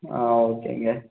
ஆ ஓகேங்க